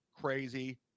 crazy